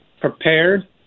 prepared